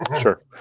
Sure